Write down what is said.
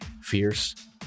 fierce